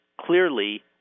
clearly